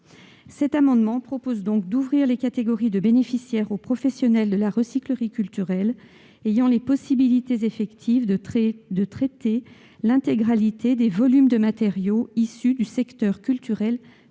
cet amendement, nous proposons donc d'ouvrir les catégories de bénéficiaires aux professionnels de la recyclerie culturelle ayant les possibilités effectives de traiter l'intégralité des volumes de matériaux issus du secteur culturel public.